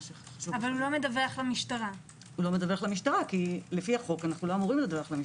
הוא לא מדווח למשטרה כי לפי החוק אנחנו לא אמורים לדווח למשטרה.